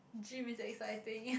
gym is exciting